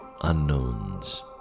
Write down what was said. unknowns